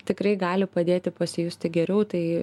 tikrai gali padėti pasijusti geriau tai